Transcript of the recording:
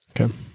Okay